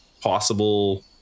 possible